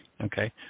Okay